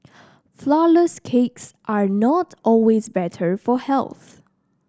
flourless cakes are not always better for health